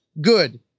good